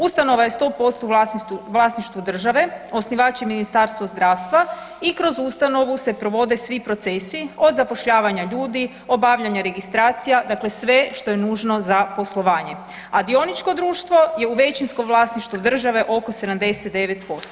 Ustanova je 100% u vlasništvu države, osnivači Ministarstvo zdravstva i kroz ustanovu se provode svi procesi od zapošljavanja ljudi, obavljanja registracija, dakle sve što je nužno za poslovanje, a dioničko društvo je u većinskom vlasništvu države, oko 79%